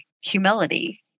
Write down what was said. humility